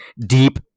deep